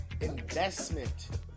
Investment